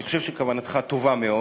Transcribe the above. אני חושב שכוונתך טובה מאוד.